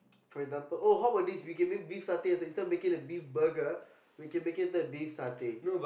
for example oh how about this we can make a beef satay and next time we get a beef burger we can make it into a beef satay